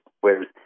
whereas